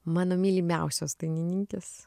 mano mylimiausios dainininkės